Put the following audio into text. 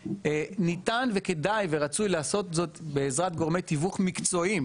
ניתן וכדאי ורצוי לעשות זאת בעזרת גורמי תיווך מקצועיים,